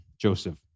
Joseph